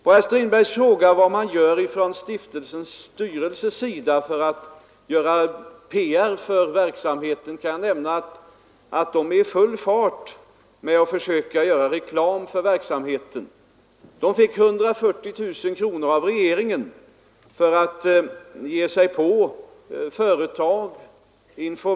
På herr Strindbergs fråga vilken PR-verksamhet som stiftelsens styrelse bedriver kan jag nämna att den är i full fart med att försöka göra reklam för verksamheten. Stiftelsen fick 140 000 kronor av regeringen för att informera företag.